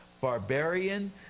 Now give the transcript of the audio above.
Barbarian